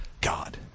God